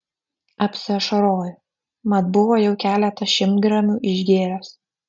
apsiašarojo mat buvo jau keletą šimtgramių išgėręs